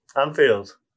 Anfield